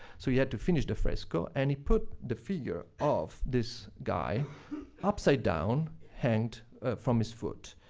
so he had to finish the fresco, and he put the figure of this guy upside down, hanged from his foot.